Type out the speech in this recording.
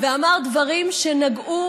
ואמר דברים שנגעו